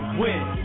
win